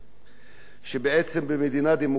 שבעצם במדינה דמוקרטית היא